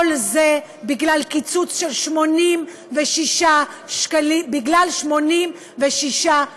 כל זה בגלל קיצוץ של 86 שקלים, בגלל 86 שקלים.